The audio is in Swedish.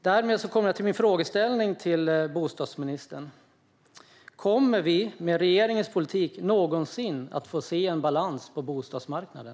Därmed kommer jag till min fråga till bostadsministern: Kommer vi med regeringens politik någonsin att få se en balans på bostadsmarknaden?